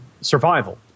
survival